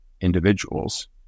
individuals